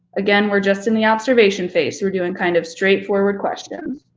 again, we're just in the observation phase, so we're doing kind of straightforward questions.